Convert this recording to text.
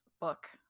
book